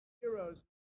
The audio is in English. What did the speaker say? heroes